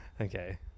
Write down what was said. Okay